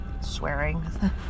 swearing